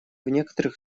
некоторых